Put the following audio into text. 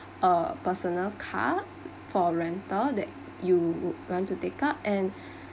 uh personal car for rental that you would want to take up and